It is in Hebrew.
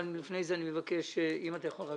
אבל לפני זה אני מבקש אם אתה יכול רק